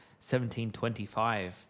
1725